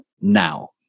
now